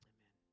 Amen